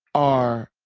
are